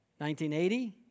1980